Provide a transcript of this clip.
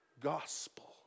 gospel